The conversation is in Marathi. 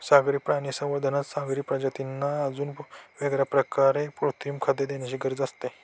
सागरी प्राणी संवर्धनात सागरी प्रजातींना अजून वेगळ्या प्रकारे कृत्रिम खाद्य देण्याची गरज नसते